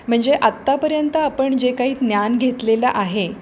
म्हणजे आत्तापर्यंत आपण जे काही ज्ञान घेतलेलं आहे